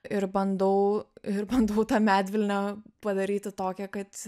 ir bandau ir bandau tą medvilnę padaryti tokią kad